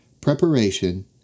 preparation